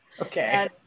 Okay